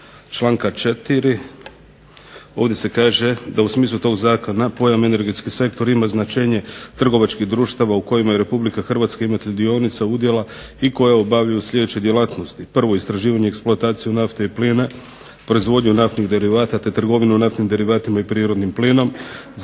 članka 4. ovdje se kaže da u smislu tog zakona pojam energetski sektor ima značenje trgovačkih društava u kojima Republika Hrvatska ima te dionice udjela i koje obavljaju sljedeće djelatnosti. Prvo, istraživanje, eksploataciju nafte i plina, proizvodnju naftnih derivata te trgovinu naftnim derivatima i prirodnim plinom.